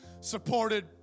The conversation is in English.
supported